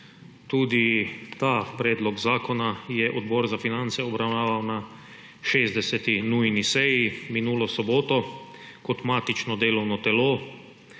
Tudi ta predlog zakona je Odbor za finance obravnaval na 60. nujni seji minulo soboto kot matično delovno telo,